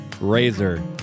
Razor